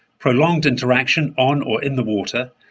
prolonged interaction on or in the water,